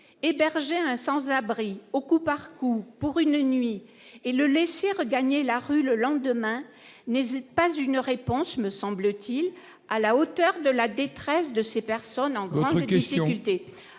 hébergeait un sans abri au coup par coup pour une nuit et le laisser regagner la rue le lendemain n'hésite pas une réponse, me semble-t-il à la hauteur de la détresse de ces personnes en c'est